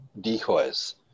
decoys